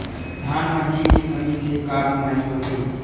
धान म जिंक के कमी से का बीमारी होथे?